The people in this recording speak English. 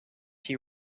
she